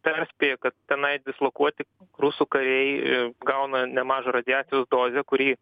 perspėja kad tenai dislokuoti rusų kariai gauna nemažą radiacijos dozę kuri